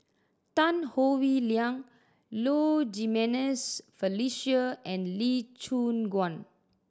Tan Howe Liang Low Jimenez Felicia and Lee Choon Guan